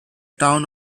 town